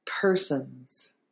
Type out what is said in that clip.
Persons